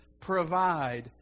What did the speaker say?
provide